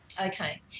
Okay